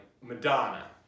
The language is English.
Madonna